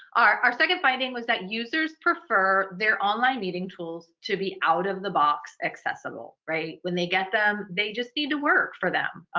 our our second finding was that users prefer their online meeting tools to be out of the box accessible, right? when they get them, they just need to work for them.